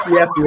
Yes